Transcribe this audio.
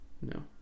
No